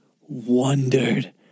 wondered